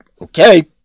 okay